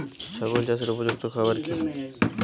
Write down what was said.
ছাগল চাষের উপযুক্ত খাবার কি কি?